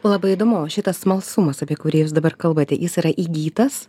labai įdomu šitas smalsumas apie kurį jūs dabar kalbate jis yra įgytas